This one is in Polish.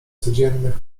codziennych